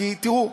כי תראו,